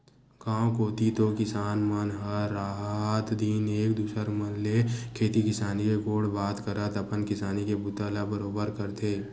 गाँव कोती तो किसान मन ह रात दिन एक दूसर मन ले खेती किसानी के गोठ बात करत अपन किसानी के बूता ला बरोबर करथे